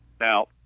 Now